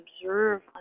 observe